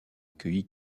accueilli